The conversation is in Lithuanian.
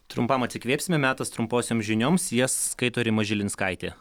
trumpam atsikvėpsime metas trumposioms žinioms jas skaito rima žilinskaitė